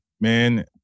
man